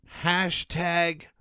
hashtag